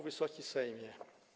Wysoki Sejmie!